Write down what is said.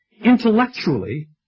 intellectually